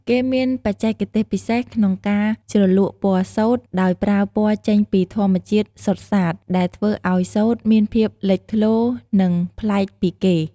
គេមានបច្ចេកទេសពិសេសក្នុងការជ្រលក់ពណ៌សូត្រ ដោយប្រើពណ៌ចេញពីធម្មជាតិសុទ្ធសាធ ដែលធ្វើឱ្យសូត្រមានភាពលេចធ្លោ និងប្លែកពីគេ។